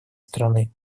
страны